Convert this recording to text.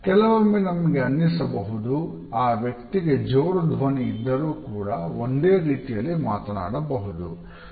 ಕೆಲವೊಮ್ಮೆ ನಮಗೆ ಅನ್ನಿಸಬಹುದು ಆ ವ್ಯಕ್ತಿಗೆ ಜೋರು ಧ್ವನಿ ಇದ್ದರೂ ಕೂಡ ಒಂದೇ ರೀತಿಯಲ್ಲಿ ಮಾತನಾಡಬಹುದು